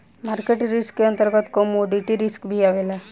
market risk के अंतर्गत commodity risk भी आवेला